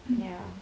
mm